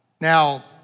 Now